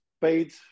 paid